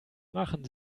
machen